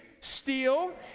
steal